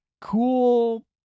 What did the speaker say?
Cool